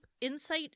Insight